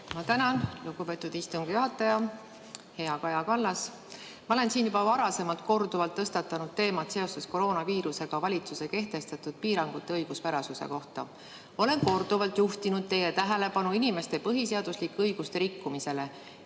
Ma tänan, lugupeetud istungi juhataja! Hea Kaja Kallas! Ma olen siin varem juba korduvalt tõstatanud teema koroonaviirusega seoses valitsuse kehtestatud piirangute õiguspärasuse kohta. Olen korduvalt juhtinud teie tähelepanu inimeste põhiseaduslike õiguste rikkumisele,